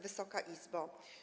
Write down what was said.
Wysoka Izbo!